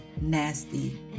nasty